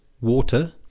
water